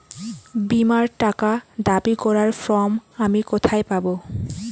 বীমার টাকা দাবি করার ফর্ম আমি কোথায় পাব?